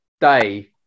day